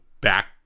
back